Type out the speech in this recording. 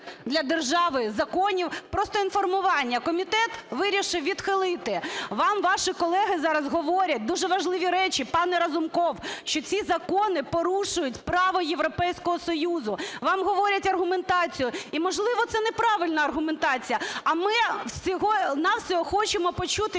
для держави законів просто інформування: комітет вирішив відхилити. Вам ваші колеги зараз говорять дуже важливі речі, пане Разумков, що ці закони порушують право Європейського Союзу. Вам говорять аргументацію і, можливо, це неправильна аргументацію, а ми всього-на-всього хочемо почути